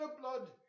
blood